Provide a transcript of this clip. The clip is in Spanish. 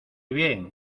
bien